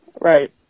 Right